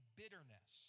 bitterness